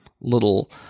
little